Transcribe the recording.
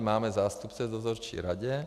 Máme zástupce v dozorčí radě.